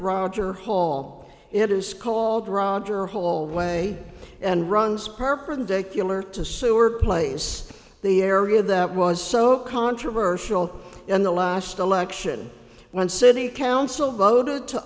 roger hall it is called roger hallway and runs perpendicular to seward place the area that was so controversial in the last election when city council voted to